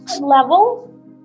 level